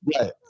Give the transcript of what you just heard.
Right